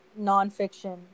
nonfiction